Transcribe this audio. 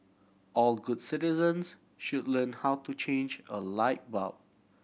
all good citizens should learn how to change a light bulb